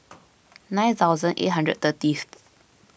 nine thousand eight hundred thirtieth